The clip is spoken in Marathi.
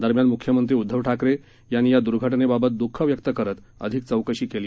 दरम्यान मुख्यमंत्री उद्दव ठाकरे यांनी या दुर्घटनेबाबत दुख व्यक्त करत अधिक चौकशी केली